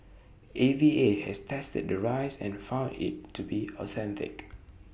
A V A has tested the rice and found IT to be authentic